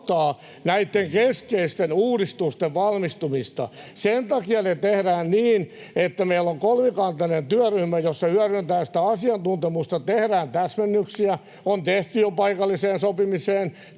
näitten keskeisten uudistusten valmistumista. Sen takia ne tehdään niin, että meillä on kolmikantainen työryhmä, jossa hyödynnetään sitä asiantuntemusta, tehdään täsmennyksiä — on tehty jo paikalliseen sopimiseen